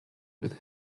with